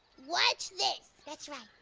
watch this. that's right.